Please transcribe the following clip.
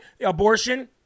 abortion